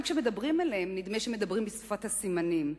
גם כשמדברים אליהן, נדמה שמדברים בשפת הסימנים.